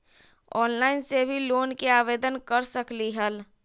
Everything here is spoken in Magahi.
ऑनलाइन से भी लोन के आवेदन कर सकलीहल?